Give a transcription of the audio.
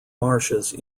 marshes